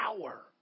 power